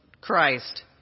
Christ